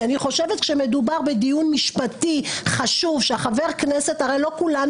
אני חושבת שכאשר מדובר בדיון משפטי חשוב הרי לא כולנו,